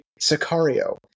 Sicario